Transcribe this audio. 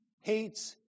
hates